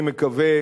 אני מקווה